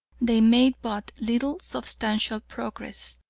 they made but little substantial progress.